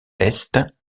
est